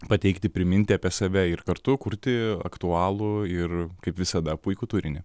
pateikti priminti apie save ir kartu kurti aktualų ir kaip visada puikų turinį